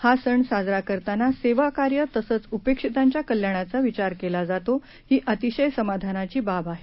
हा सण साजरा करताना सेवाकार्य तसंच उपेक्षितांच्या कल्याणाचा विचार केला जातो ही अतिशय समाधानाची बाब आहे